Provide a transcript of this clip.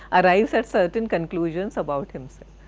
arrives ah certain conclusions about himself,